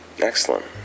Excellent